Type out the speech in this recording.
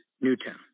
Newtown